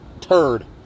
turd